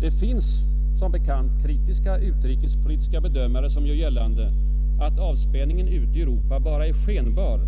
Det finns som bekant kritiska utrikespolitiska bedömare som gör gällande att avspänningen ute i Europa endast är skenbar,